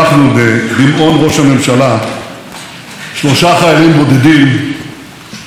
הממשלה שלושה חיילים בודדים